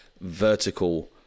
vertical